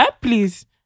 Please